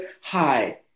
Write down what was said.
hi